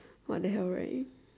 what the hell right